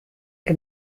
que